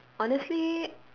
honestly